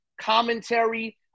commentary